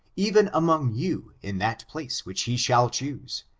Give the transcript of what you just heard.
even among you in that place which he shall choose,